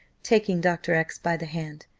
taking dr. x by the hand,